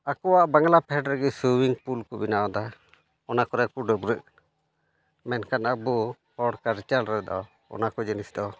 ᱟᱠᱚᱣᱟᱜ ᱵᱟᱝᱞᱟ ᱯᱷᱮᱰ ᱨᱮᱜᱮ ᱥᱩᱭᱢᱤᱝ ᱯᱩᱞ ᱠᱚ ᱵᱮᱱᱟᱣᱮᱫᱟ ᱚᱱᱟ ᱠᱚᱨᱮ ᱠᱚ ᱰᱟᱹᱵᱽᱨᱟᱹᱜ ᱠᱟᱱᱟ ᱢᱮᱱᱠᱷᱟᱱ ᱟᱵᱚ ᱦᱚᱲ ᱠᱟᱞᱪᱟᱨ ᱨᱮᱫᱚ ᱚᱱᱟ ᱠᱚ ᱡᱤᱱᱤᱥ ᱫᱚ